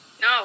No